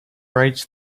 writes